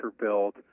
build